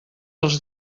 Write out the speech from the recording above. els